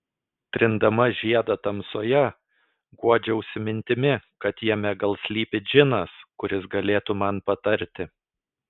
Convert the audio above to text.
trindama žiedą tamsoje guodžiausi mintimi kad jame gal slypi džinas kuris galėtų man patarti